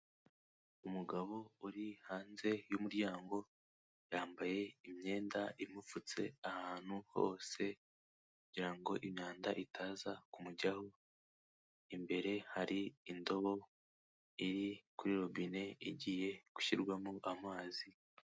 Umugabo uri hanze y'umuryango yambaye imyenda imupfutse ahantu hose kugira ngo imyanda itaza kumujyaho, imbere hari indobo iri kuri robine igiye gushyirwamo amazi.